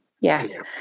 Yes